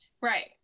Right